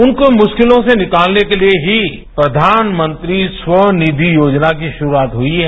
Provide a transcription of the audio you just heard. उनको मुश्किलों से निकालने के लिए ही प्रधानमंत्री स्वनिधि योजना की शुरुआत हुई है